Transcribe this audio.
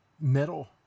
metal